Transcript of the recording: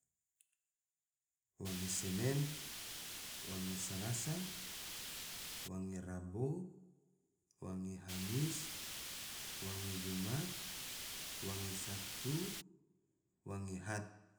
Wange senen, wange salasa, wange rabo, wange hamis, wange jumat, wange sabtu, wange ahad